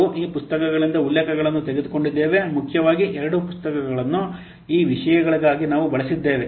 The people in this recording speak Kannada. ನಾವು ಈ ಪುಸ್ತಕಗಳಿಂದ ಉಲ್ಲೇಖಗಳನ್ನು ತೆಗೆದುಕೊಂಡಿದ್ದೇವೆ ಮುಖ್ಯವಾಗಿ ಎರಡೂ ಪುಸ್ತಕಗಳನ್ನು ಈ ವಿಷಯಗಳಿಗಾಗಿ ನಾವು ಬಳಸಿದ್ದೇವೆ